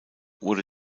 wurde